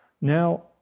now